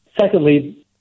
secondly